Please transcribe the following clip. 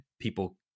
people